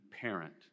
parent